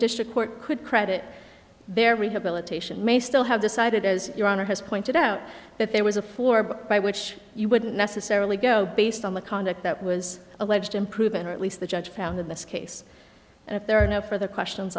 district court could credit their rehabilitation may still have decided as your honor has pointed out that there was a four by which you wouldn't necessarily go based on the conduct that was alleged improvement or at least the judge found in this case and if there are no further questions